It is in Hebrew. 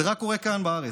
זה קורה רק כאן, בארץ.